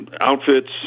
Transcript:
outfits